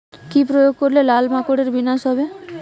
কি প্রয়োগ করলে লাল মাকড়ের বিনাশ হবে?